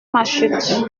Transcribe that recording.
machut